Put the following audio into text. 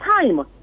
time